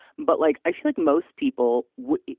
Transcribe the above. but like, i feel like most people would.